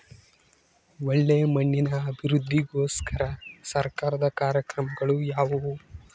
ಒಳ್ಳೆ ಮಣ್ಣಿನ ಅಭಿವೃದ್ಧಿಗೋಸ್ಕರ ಸರ್ಕಾರದ ಕಾರ್ಯಕ್ರಮಗಳು ಯಾವುವು?